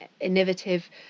innovative